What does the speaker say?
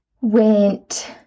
went